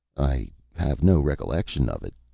i have no recollection of it,